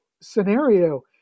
scenario